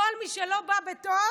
כל מי שלא בא בטוב,